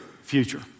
future